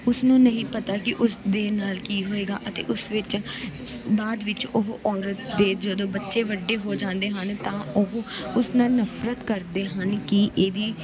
ਉਸਨੂੰ ਨਹੀਂ ਪਤਾ ਕਿ ਉਸ ਦੇ ਨਾਲ਼ ਕੀ ਹੋਏਗਾ ਅਤੇ ਉਸ ਵਿੱਚ ਬਾਅਦ ਵਿੱਚ ਉਹ ਔਰਤ ਦੇ ਜਦੋਂ ਬੱਚੇ ਵੱਡੇ ਹੋ ਜਾਂਦੇ ਹਨ ਤਾਂ ਉਹ ਉਸ ਨਾਲ਼ ਨਫਰਤ ਕਰਦੇ ਹਨ ਕਿ ਇਹਦੀ